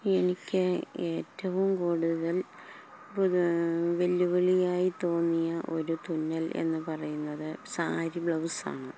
എനിക്ക് ഏറ്റവും കൂടുതൽ വെല്ലുവിളിയായി തോന്നിയ ഒരു തുന്നലെന്ന് പറയുന്നത് സാരി ബ്ലൗസാണ്